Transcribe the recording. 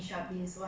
ya